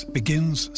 begins